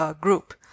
group